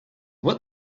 what